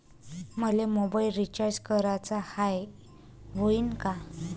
मले mobile recharge कराचा हाय, होईनं का?